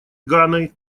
ганой